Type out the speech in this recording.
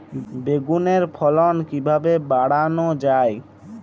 বেগুনের ফলন কিভাবে বাড়ানো যায়?